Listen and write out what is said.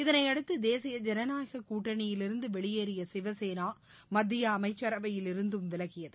இதனையடுத்து தேசிய ஜனநாயக கூட்டணியிலிருந்து வெளியேறிய சிவசேனா மத்திய அமைச்சரவையிலிருந்தும் விலகியது